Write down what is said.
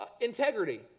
integrity